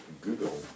Google